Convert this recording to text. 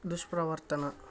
దుష్ప్రవర్తన